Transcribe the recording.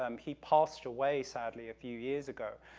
um he passed away, sadly, a few years ago.